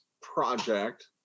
project